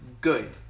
good